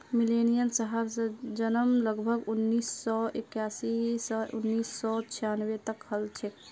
millennials जहार जन्म लगभग उन्नीस सौ इक्यासी स उन्नीस सौ छानबे तक हल छे